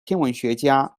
天文学家